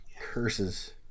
Curses